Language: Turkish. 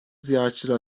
ziyaretçilere